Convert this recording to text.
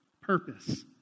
purpose